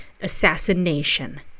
Assassination